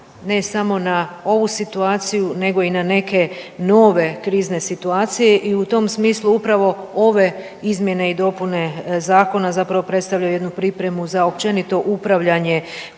ne samo na ovu situaciju nego i na neke nove krizne situacije i u tom smislu upravo ove izmjene i dopune zakona zapravo predstavljaju jednu pripremu za općenito upravljanje